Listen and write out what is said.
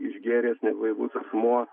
išgėręs neblaivus asmuo